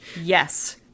Yes